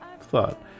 thought